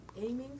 aiming